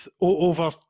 over